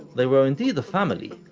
they were indeed a family,